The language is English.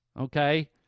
okay